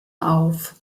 auf